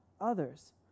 others